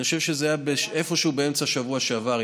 אני חושב שזה היה איפשהו באמצע השבוע שעבר,